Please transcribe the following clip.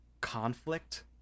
conflict